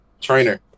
trainer